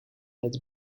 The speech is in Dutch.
het